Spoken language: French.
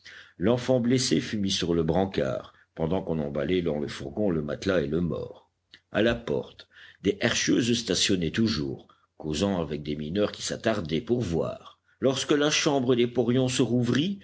l'enfant blessé fut mis sur le brancard pendant qu'on emballait dans le fourgon le matelas et le mort a la porte des herscheuses stationnaient toujours causant avec des mineurs qui s'attardaient pour voir lorsque la chambre des porions se rouvrit